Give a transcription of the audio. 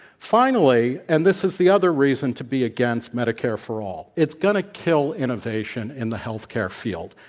finally and this is the other reason to be against medicare for all it's going to kill innovation in the healthcare field.